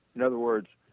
in other words,